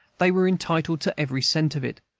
they were entitled to every cent of it.